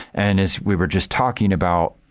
and as we were just talking about,